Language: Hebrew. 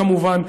כמובן,